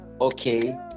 okay